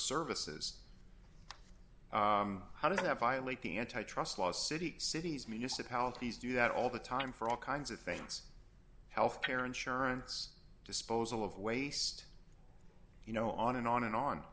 services how does that violate the antitrust laws city cities municipalities do that all the time for all kinds of things health care insurance disposal of waste you know on and on and on